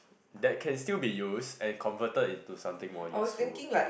that can still be used and converted into something more useful